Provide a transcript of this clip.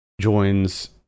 joins